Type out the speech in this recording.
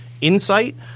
Insight